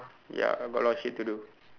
ya got a lot of shit to do